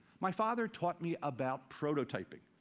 my father taught me about prototyping.